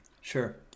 Sure